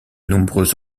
nombreux